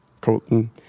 colton